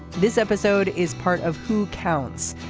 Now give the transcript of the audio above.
this episode is part of who counts.